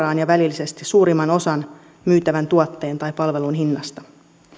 määrittävän suoraan ja välillisesti suurimman osan myytävän tuotteen tai palvelun hinnasta